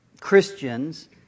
Christians